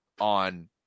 on